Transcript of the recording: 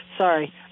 Sorry